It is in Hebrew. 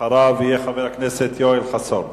ואחריו יהיה חבר הכנסת יואל חסון.